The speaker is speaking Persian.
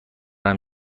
دارم